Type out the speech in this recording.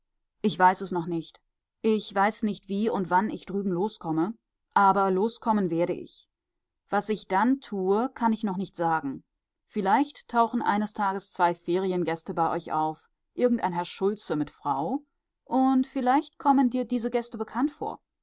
ich weiß es noch nicht ich weiß nicht wie und wann ich drüben loskomme aber loskommen werde ich was ich dann tue kann ich noch nicht sagen vielleicht tauchen eines tages zwei feriengäste bei euch auf irgendein herr schulze mit frau und vielleicht kommen dir diese gäste bekannt vor